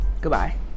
goodbye